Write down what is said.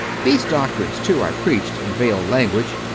these doctrines, too, i preached in veiled language,